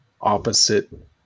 opposite